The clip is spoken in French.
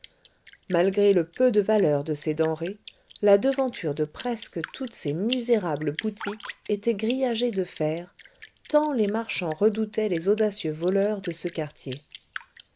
malgré le peu de valeur de ces denrées la devanture de presque toutes ces misérables boutiques était grillagée de fer tant les marchands redoutaient les audacieux voleurs de ce quartier